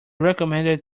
recommended